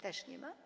Też nie ma?